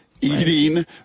Eating